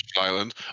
Island